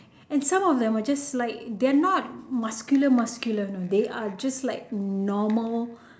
and some of them are just like they are not muscular muscular know they are just like normal